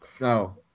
No